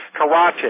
Karate